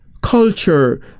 culture